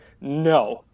No